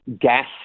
gas